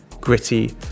gritty